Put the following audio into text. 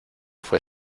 fue